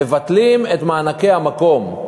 מבטלים את מענקי המקום,